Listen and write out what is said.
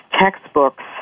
textbooks